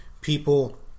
people